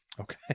Okay